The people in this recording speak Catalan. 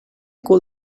cul